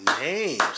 names